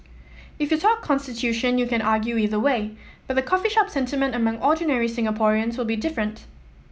if you talk constitution you can argue either way but the coffee shop sentiment among ordinary Singaporeans will be different